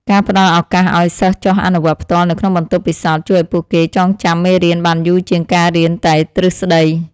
ការផ្តល់ឱកាសឱ្យសិស្សចុះអនុវត្តផ្ទាល់នៅក្នុងបន្ទប់ពិសោធន៍ជួយឱ្យពួកគេចងចាំមេរៀនបានយូរជាងការរៀនតែទ្រឹស្តី។